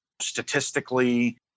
statistically